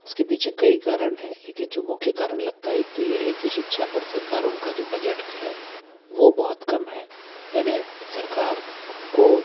उसके पीछे कई कारण है लेकिन जो मुख्य कारण लगता है एक तो ये है कि सिक्षा पर सरकारों का जो बजट्क है वो बहुत कम है यानी सरकार को